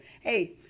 hey